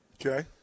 Okay